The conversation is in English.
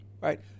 Right